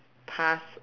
pass